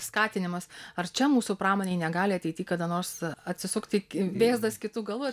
skatinimas ar čia mūsų pramonei negali ateityje kada nors atsisukti vėzdas kitu galu